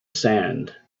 sand